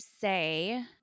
say